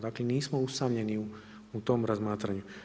Dakle, nismo usamljeni u tome razmatranju.